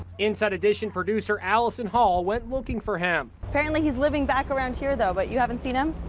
inside edition producer allison hull went looking for him. apparently he's living back around here, though, but you haven't seen him?